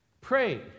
Pray